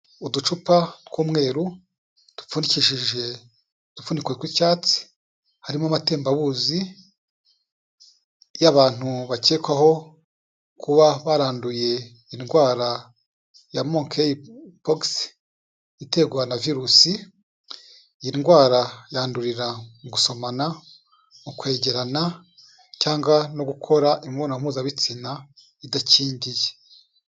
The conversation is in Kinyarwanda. Uducupa tw'umweru dupfundikishije udupfundiko tw'icyatsi, harimo amatembabuzi y'abantu bakekwaho kuba waranduye indwara ya monkeyi posi iterwa na virusi. Iyi ndwara yandurira gusomana, m'ukwegerana cyangwa no gukora imibonanompuzabitsina idakingiye.